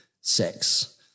sex